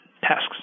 tasks